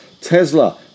Tesla